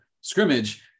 scrimmage